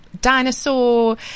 dinosaur